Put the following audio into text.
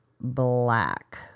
black